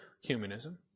Humanism